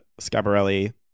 Scabarelli